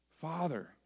Father